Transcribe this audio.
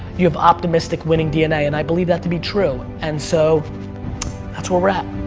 you have optimistic, winning dna and i believe that to be true. and so that's where we're at.